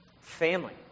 Family